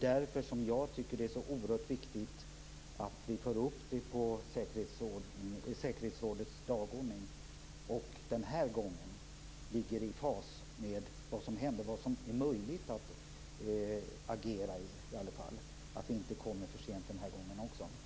Därför är det så oerhört viktigt att frågan förs upp på säkerhetsrådets dagordning för att vi den här gången skall kunna ligga i fas, så att vi inte kommer för sent den här gången också.